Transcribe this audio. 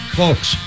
folks